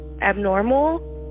abnormal